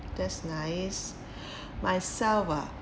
that's nice myself ah